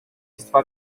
istifa